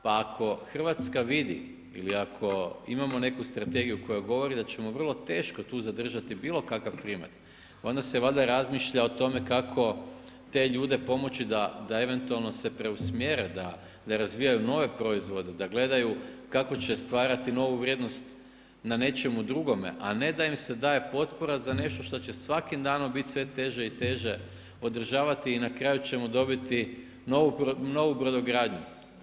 Pa ako Hrvatska vidi ili ako imamo neku strategiju koja govori da ćemo vrlo teško tu zadržati bilo kakav primat onda se valjda razmišlja o tome kako te ljude pomoći da eventualno se preusmjere, da razvijaju nove proizvode, da gledaju kako će stvarati novu vrijednost na nečemu drugome a ne da im se daje potpora za nešto što će svakim danom biti sve teže i teže održavati i na kraju ćemo dobiti novu brodogradnju.